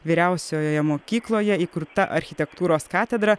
vyriausiojoje mokykloje įkurta architektūros katedra